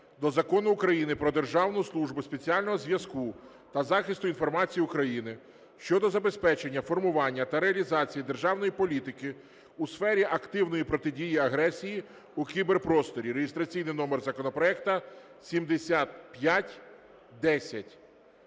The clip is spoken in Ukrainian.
до Закону України "Про Державну службу спеціального зв'язку та захисту інформації України" щодо забезпечення формування та реалізації державної політики у сфері активної протидії агресії у кіберпросторі (реєстраційний номер законопроекту 7510).